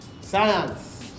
science